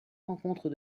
rencontres